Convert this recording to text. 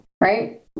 right